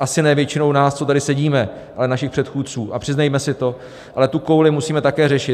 asi ne většinou nás, co tady sedíme, ale našich předchůdců, a přiznejme si to, ale tu kouli musíme také řešit.